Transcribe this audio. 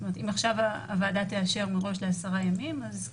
אם עכשיו הוועדה תאשר מראש ל-10 ימים, אז כן.